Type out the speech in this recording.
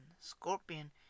Scorpion